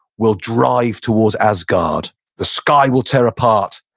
will drive towards asgard. the sky will tear apart.